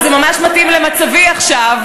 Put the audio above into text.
וזה ממש מתאים למצבי עכשיו.